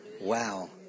Wow